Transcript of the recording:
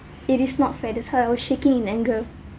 it is not fair that's how I was shaking in anger